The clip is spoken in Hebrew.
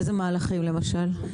איזה מהלכים, למשל?